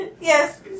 Yes